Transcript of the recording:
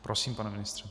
Prosím, pane ministře.